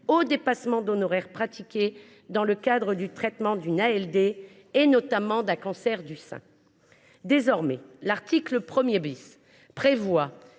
aux dépassements d’honoraires pratiqués dans le cadre du traitement d’une ALD, notamment d’un cancer du sein. Désormais, cet article prévoit